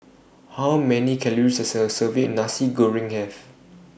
How Many Calories Does A Serving of Nasi Goreng Have